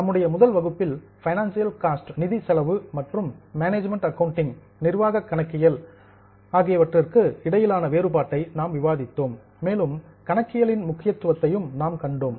நம்முடைய முதல் வகுப்பில் பைனான்சியல் காஸ்ட் நிதி செலவு மற்றும் மேனேஜ்மென்ட் அக்கவுண்டிங் நிர்வாக கணக்கியல் ஆகியவற்றுக்கு இடையிலான வேறுபாட்டை நாம் விவாதித்தோம் மேலும் அக்கவுண்டிங் கணக்கியலின் முக்கியத்துவத்தையும் நாம் கண்டோம்